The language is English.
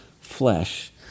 flesh